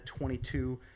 22